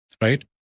right